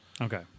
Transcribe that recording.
Okay